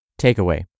Takeaway